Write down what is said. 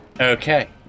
Okay